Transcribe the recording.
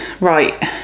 Right